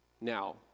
Now